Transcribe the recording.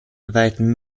weiten